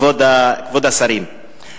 כבוד השרים,